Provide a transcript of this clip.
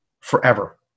forever